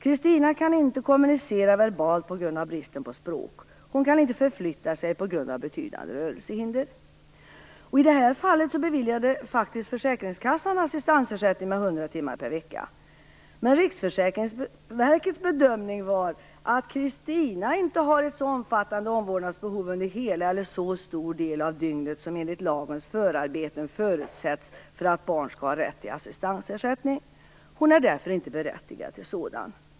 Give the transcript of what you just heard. Kristina kan inte kommunicera verbalt på grund av bristen på språk. Hon kan inte förflytta sig på grund av betydande rörelsehinder..." I det här fallet beviljade försäkringskassan assistansersättning med 100 timmar per vecka, men Riksförsäkringsverkets bedömning var att "Kristina inte har ett så omfattande omvårdnadsbeov under hela eller så stor del av dygnet som enligt lagens förarbeten förutsätts för att barn skall ha rätt till assistansersättning. Hon är därför inte berättigad till sådan.